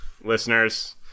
listeners